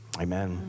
amen